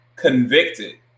Convicted